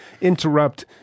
interrupt